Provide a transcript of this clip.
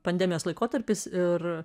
pandemijos laikotarpis ir